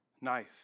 knife